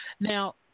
Now